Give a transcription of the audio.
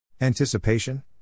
Anticipation